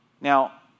Now